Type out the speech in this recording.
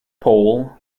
pole